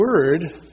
Word